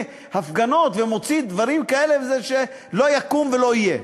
הפגנות ומוציא דברים כאלה שלא יקום ולא יהיה.